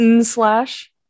slash